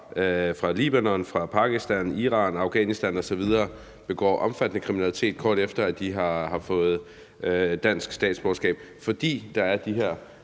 fra Libanon, Pakistan, Iran, Afghanistan osv., begår omfattende kriminalitet, kort efter at de har fået dansk statsborgerskab, fordi der er de her